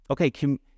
okay